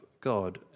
God